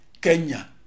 kenya